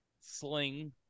Sling